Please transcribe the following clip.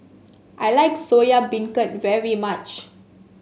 I like Soya Beancurd very much